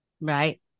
Right